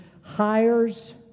hires